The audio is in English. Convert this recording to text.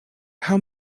how